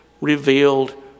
revealed